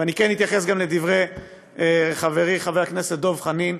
ואני אתייחס גם לדברי חברי חבר הכנסת דב חנין,